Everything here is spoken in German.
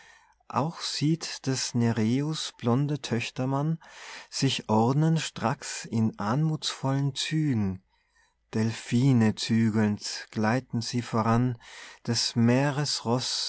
auch sieht des nereus blonde töchter man sich ordnen stracks in anmuthvollen zügen delphine zügelnd gleiten sie voran des